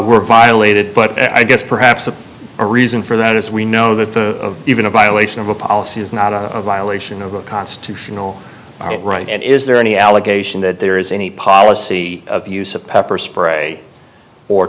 were violated but i guess perhaps of a reason for that as we know that even a violation of a policy is not a violation of a constitutional right right and is there any allegation that there is any policy of the use of pepper spray or